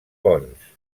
pons